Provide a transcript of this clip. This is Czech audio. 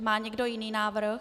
Má někdo jiný návrh?